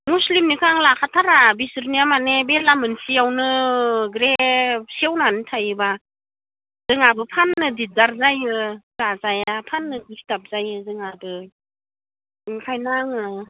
मुस्लिमनिखौ आं लाखाथारा बिसोरनिया माने बेला मोनसेयावनो ग्रेब सेवनानै थायोबा जोंहाबो फाननो दिग्दार जायो जाजाया फाननो दिसटार्ब जायो जोंहाबो ओंखायनो आङो